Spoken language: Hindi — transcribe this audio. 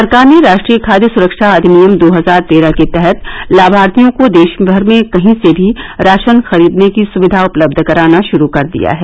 सरकार ने राष्ट्रीय खाद्य सुरक्षा अधिनियम दो हजार तेरह के तहत लाभार्थियों को देशभर में कहीं से भी राशन खरीदने की सुविधा उपलब्ध कराना शुरू कर दिया है